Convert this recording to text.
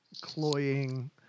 cloying